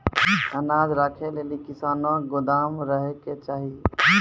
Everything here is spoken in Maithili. अनाज राखै लेली कैसनौ गोदाम रहै के चाही?